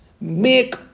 make